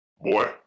Boy